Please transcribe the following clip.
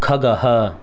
खगः